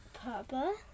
Papa